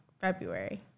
February